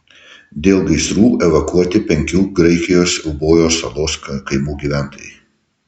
dėl gaisrų evakuoti penkių graikijos eubojos salos kaimų gyventojai